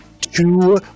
two